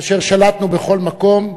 אשר שלטנו בכל מקום,